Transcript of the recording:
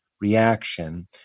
reaction